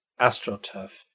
astroturf